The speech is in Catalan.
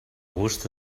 gust